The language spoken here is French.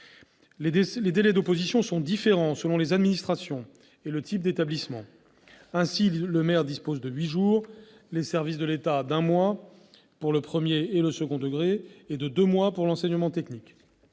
Les délais d'opposition sont différents selon les administrations et le type d'établissement : ainsi, le maire dispose de huit jours, les services de l'État d'un mois pour le premier et le second degré, et de deux mois pour l'enseignement technique.